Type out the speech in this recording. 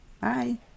Bye